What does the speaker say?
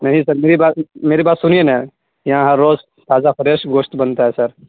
نہیں سر میری بات میری بات سنیے نا یہاں ہر روز تازہ فریش گوشت بنتا ہے سر